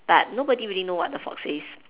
but nobody really know what the fox says